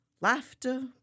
Laughter